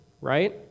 right